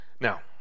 Now